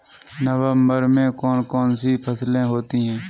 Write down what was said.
नवंबर में कौन कौन सी फसलें होती हैं?